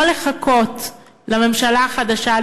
ולא לחכות לממשלה החדשה,